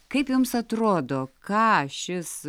kaip jums atrodo ką šis